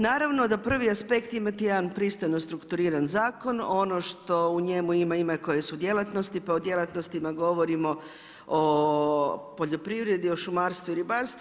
Naravno da prvi aspekt imate jedan pristojno strukturiran zakon, ono što u njemu ima, ima koje su djelatnosti pa od djelatnostima govorimo o poljoprivredi, o šumarstvu i ribarstvu.